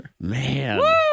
Man